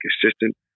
consistent